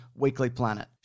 weeklyplanet